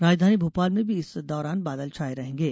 राजधानी भोपाल में भी इस दौरान बादल छाए रहेंगे